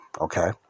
okay